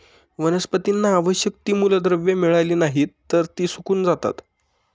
वनस्पतींना आवश्यक ती मूलद्रव्ये मिळाली नाहीत, तर ती सुकून जातात